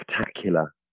spectacular